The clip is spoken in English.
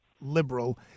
liberal